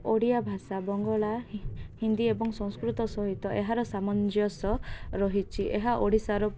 ଓଡ଼ିଆ ଭାଷା ବଙ୍ଗଳା ହିନ୍ଦୀ ଏବଂ ସଂସ୍କୃତ ସହିତ ଏହାର ସାମଞ୍ଜସ୍ୟ ରହିଛି ଏହା ଓଡ଼ିଶାର